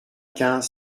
quinze